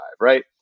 right